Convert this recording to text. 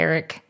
Eric